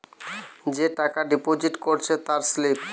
যে টাকা ডিপোজিট করেছে তার স্লিপ